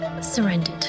surrendered